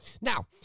Now